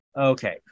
Okay